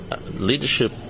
Leadership